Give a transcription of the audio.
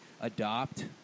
adopt